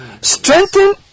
strengthen